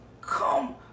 come